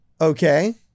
Okay